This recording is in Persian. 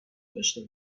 داشته